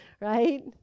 right